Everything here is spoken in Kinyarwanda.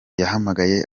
yahamagaye